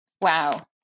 Wow